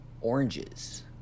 oranges